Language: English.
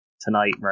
tonight